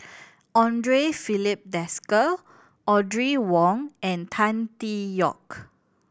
Andre Filipe Desker Audrey Wong and Tan Tee Yoke